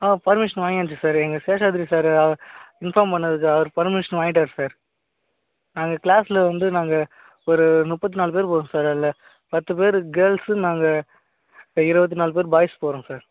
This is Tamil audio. பர்மிஷன் வாங்கியாச்சு சார் எங்கள் ஷோசாத்திரி சாரு இன்ஃபார்ம் பண்ணதுக்கு அவர் பர்மிஷன் வாங்கிட்டாரு சார் நாங்கள் கிளாஸில் வந்த நாங்கள் ஒரு முப்பத்தி நாலு பேரு போகிறம் சார் அதில் பத்து பேரு கேர்ல்ஸ் நாங்கள் இருபத்தி நாலு பேரு பாய்ஸ் போகிறோம் சார்